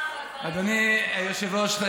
אדוני היושב-ראש,